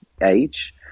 age